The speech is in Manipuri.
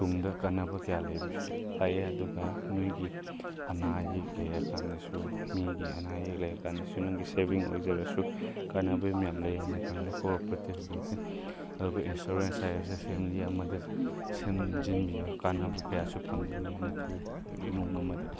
ꯇꯨꯡꯗ ꯀꯥꯟꯅꯕ ꯀꯌꯥ ꯀꯩꯕꯁꯤꯁꯨ ꯑꯗꯨꯒ ꯅꯣꯏꯒꯤ ꯑꯅꯥ ꯑꯌꯦꯛ ꯂꯩꯔ ꯀꯥꯟꯗꯁꯨ ꯃꯤꯒꯤ ꯑꯅꯥ ꯑꯌꯦꯛ ꯂꯩꯔ ꯀꯥꯟꯗꯁꯨ ꯅꯪꯒꯤ ꯁꯦꯕꯤꯡ ꯑꯣꯏꯖꯔꯁꯨ ꯀꯥꯟꯅꯕ ꯃꯌꯥꯝ ꯂꯩ ꯍꯥꯏꯟ ꯈꯜꯂꯤ ꯀꯣ ꯑꯣꯄꯔꯦꯇꯤꯕ ꯕꯦꯡꯛꯁꯦ ꯑꯗꯨ ꯑꯩꯈꯣꯏ ꯏꯟꯁꯨꯔꯦꯟꯁ ꯍꯥꯏꯕꯁꯦ ꯐꯦꯃꯤꯂꯤ ꯑꯃꯗ ꯁꯦꯝꯖꯤꯟꯕꯤꯎ ꯀꯥꯟꯅꯕ ꯀꯌꯥꯁꯨ ꯐꯪꯒꯅꯤ ꯍꯥꯏꯅ ꯈꯜꯂꯤ ꯏꯃꯨꯡ ꯑꯃꯗ